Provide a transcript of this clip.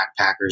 backpackers